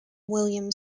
william